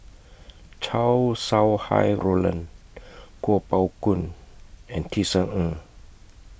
Chow Sau Hai Roland Kuo Pao Kun and Tisa Ng